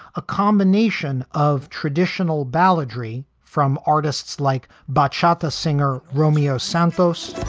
a combination of traditional balladry from artists like bachata singer romeo santos.